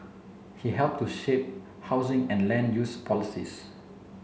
he helped to shape housing and land use policies